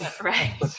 Right